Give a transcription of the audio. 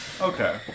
Okay